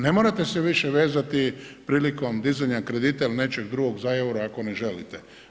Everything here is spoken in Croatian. Ne morate se više vezati prilikom dizanja kredita ili nečeg drugog za euro ako ne želite.